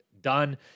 done